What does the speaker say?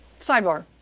Sidebar